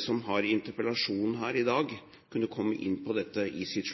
som har interpellasjonen her i dag, kunne komme inn på dette i sitt